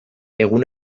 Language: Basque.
egun